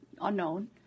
unknown